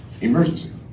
emergency